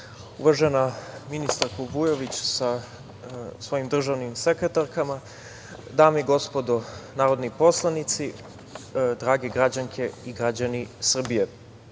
uvažena ministarko Vujović sa svojim državnim sekretarkama, dame i gospodo narodni poslanici, drage građanske i građani Srbije,